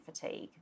fatigue